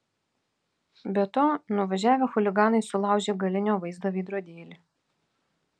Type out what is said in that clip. be to nuvažiavę chuliganai sulaužė galinio vaizdo veidrodėlį